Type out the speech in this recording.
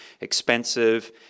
expensive